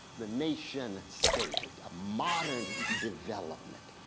the nation stated, a modern development.